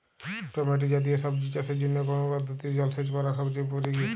Tomato জাতীয় সবজি চাষের জন্য কোন পদ্ধতিতে জলসেচ করা সবচেয়ে উপযোগী?